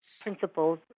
principles